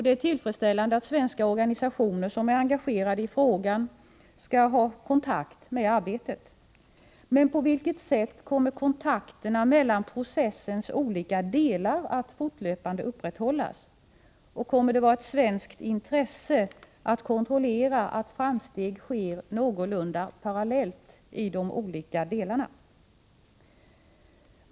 Det är tillfredsställande att svenska organisationer som är engagerade i frågan skall ha kontakt med arbetet. Men på vilket sätt kommer kontakterna mellan processens olika delar att fortlöpande upprätthållas? Kommer det att vara ett svenskt intresse att kontrollera att framsteg sker någorlunda parallellt i de olika delarna?